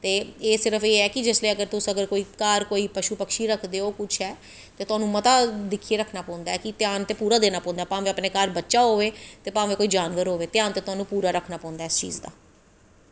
ते एह् सिर्फ एह् ऐ कि जिसलै अगर तुस कोई अगर घर पशु पक्षी रखदे ओ कुश ऐ ते तोआनू मता दिक्खियै रक्खनां पौंदा ऐ कि ध्यान ते पूरा देनां पौंदा भावें अपनें घर बच्चा होऐ ते बामें कोई जानवर होए ध्यान ते तुहानू पूरा रक्खना पौंदा ऐ इस चीज़ दा